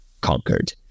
conquered